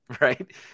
right